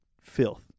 filth